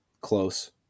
close